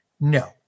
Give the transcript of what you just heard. no